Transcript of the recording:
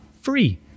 free